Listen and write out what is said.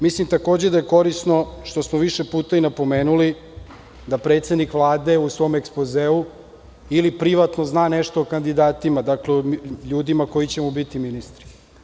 Mislim takođe da je korisno, što smo više puta i napomenuli, da predsednik Vlade u svom ekspozeu ili privatno zna nešto o kandidatima, o ljudima koji će mu biti ministri.